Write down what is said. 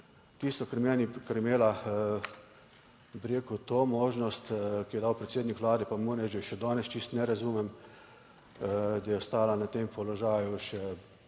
meni, kar je imela, bi rekel, to možnost, ki jo je dal predsednik Vlade, pa moram reči, da je še danes čisto ne razumem, da je ostala na tem položaju še